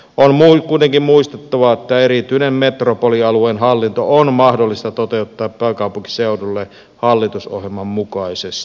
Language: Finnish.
on kuitenkin muistettava että erityinen metropolialueen hallinto on mahdollista toteuttaa pääkaupunkiseudulle hallitusohjelman mukaisesti